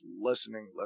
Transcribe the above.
listening